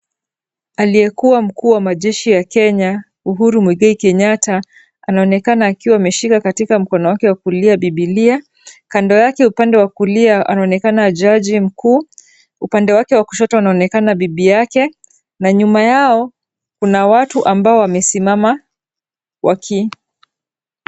Aliyekua mkuu wa majeshi ya Kenya Uhuru Muigai Kenyatta anaonekana akiwa ameshika katika mkono wake wa kulia Biblia, kando yake upande wa kulia anaonekana jaji mkuu, upande wake wa kushoto anaonekana bibi yake na nyuma yao kuna watu ambao wamesimama waki .